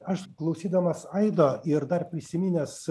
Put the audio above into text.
aš klausydamas aidą ir dar prisiminęs